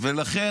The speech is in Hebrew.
ולכן